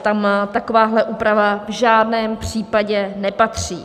Tam takováhle úprava v žádném případě nepatří.